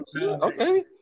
okay